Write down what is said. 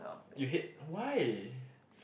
you hate why